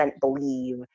believe